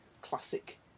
classic